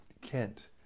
Kent